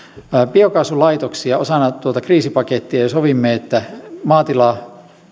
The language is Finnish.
biokaasulaitoksia edistetään osana tuota kriisipakettia ja sovimme että maatilatason